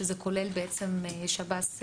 שזה כולל בעצם שב"ס,